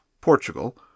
Portugal